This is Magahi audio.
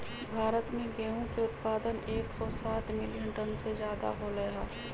भारत में गेहूं के उत्पादन एकसौ सात मिलियन टन से ज्यादा होलय है